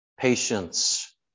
Patience